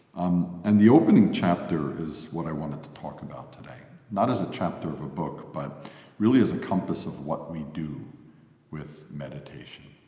and the opening chapter is what i wanted to talk about today not as a chapter of a book, but really as a compass of what we do with meditation.